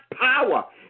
power